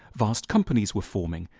vast companies were forming.